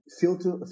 filter